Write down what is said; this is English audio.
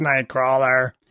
Nightcrawler